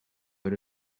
but